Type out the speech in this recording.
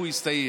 פורר.